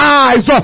eyes